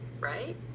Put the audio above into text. right